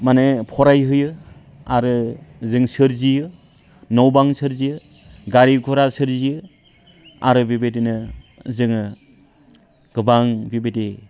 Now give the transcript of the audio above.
माने फरायहोयो आरो जों सोरजियो न' बां सोरजियो गारि घरा सोरजियो आरो बेबायदिनो जोङो गोबां बिबायदि